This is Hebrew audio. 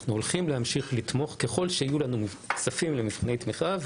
אנחנו הולכים להמשיך לתמוך ככול שיהיו לנו כספים למבחני תמיכה.